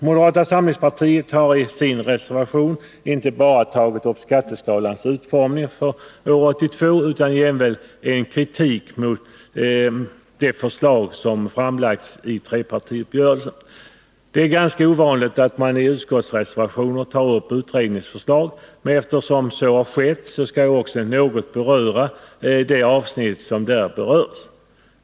Moderata samlingspartiet har i sin reservation inte bara tagit upp skatteskalans utformning för år 1982 utan jämväl kritiserat det förslag som trepartiuppgörelsen innebär. Det är ganska ovanligt att man i utskottsreservationer tar upp utredningsförslag, men eftersom så har skett skall också jag något beröra de avsnitt som omnämns.